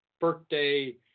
birthday